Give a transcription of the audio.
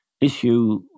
issue